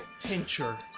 tincture